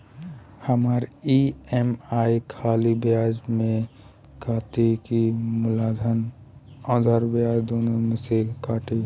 हमार ई.एम.आई खाली ब्याज में कती की मूलधन अउर ब्याज दोनों में से कटी?